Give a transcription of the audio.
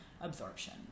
absorption